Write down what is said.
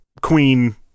queen